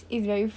oo